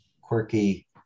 quirky